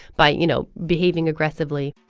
by, you know, behaving aggressively